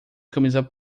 camisa